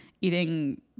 eating